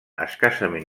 escassament